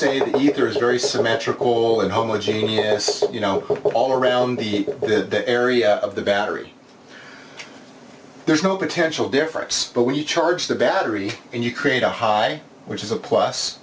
symmetrical and homogeneous you know all around the good the area of the battery there's no potential difference but when you charge the battery and you create a high which is a plus